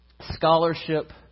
scholarship